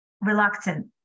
reluctant